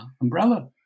umbrella